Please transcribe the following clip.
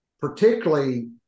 particularly